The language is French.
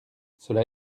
cela